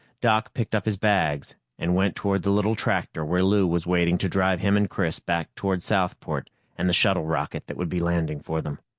doc picked up his bags and went toward the little tractor where lou was waiting to drive him and chris back toward southport and the shuttle rocket that would be landing for them.